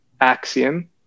axiom